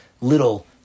little